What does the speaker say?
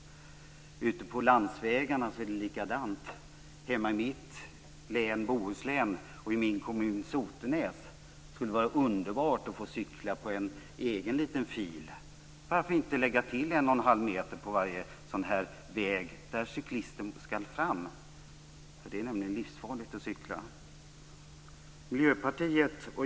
Ute på landsvägarna är det likadant. I mitt hemlän, Bohuslän, och i min hemkommun, Sotenäs, skulle det vara underbart att få cykla i en egen liten fil. Varför inte lägga till 1,5 meter på varje väg där cyklisten skall ta sig fram? Det är ju livsfarligt att cykla.